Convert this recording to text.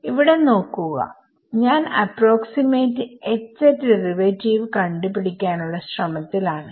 ഇവിടെ നോക്കുക ഞാൻ അപ്രോക്സിമേറ്റ് ഡെറിവേറ്റീവ് കണ്ട് പിടിക്കാനുള്ള ശ്രമത്തിൽ ആണ്